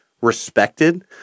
respected